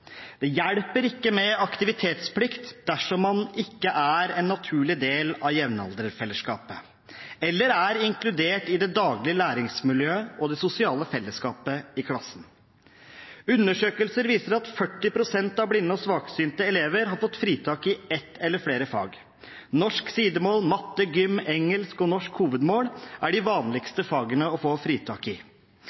Det hjelper ikke med aktivitetsplikt dersom man ikke er en naturlig del av jevnalderfellesskapet eller er inkludert i det daglige læringsmiljøet og det sosiale fellesskapet i klassen. Undersøkelser viser at 40 pst. av blinde og svaksynte elever har fått fritak i ett eller flere fag. Norsk sidemål, matte, gym, engelsk og norsk hovedmål er de vanligste fagene å få fritak i.